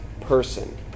person